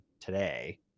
today